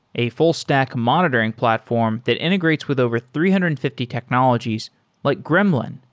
a full stack monitoring platform that integrates with over three hundred and fifty technologies like gremlin,